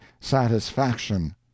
satisfaction